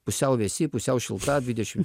pusiau vėsi pusiau šilta dvidešimt